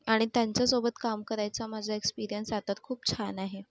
आणि त्यांच्यासोबत काम करायचा माझा एक्सपीरियन्स आता खूप छान आहे